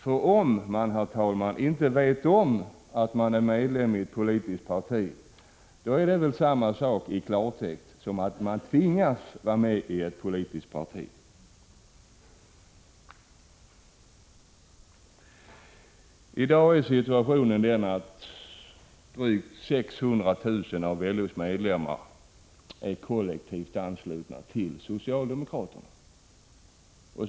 För om man, herr talman, inte vet om att man är medlem i ett politiskt parti är det väl samma sak, i klartext, som att man tvingas vara med i ett politiskt parti. I dag är situationen den att drygt 600 000 av LO:s medlemmar är kollektivt anslutna till socialdemokratiska partiet.